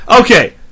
Okay